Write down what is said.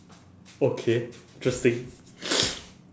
okay interesting